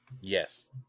Yes